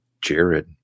Jared